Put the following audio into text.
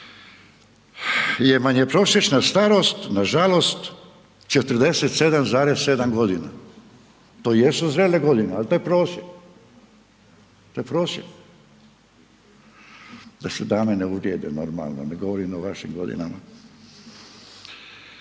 jer nam je prosječna starost, nažalost, 47,7 godina. To jesu zrele godine, ali to je prosjek, to je prosjek, da se dame ne uvrijede, normalno, ne govorim o vašim godinama.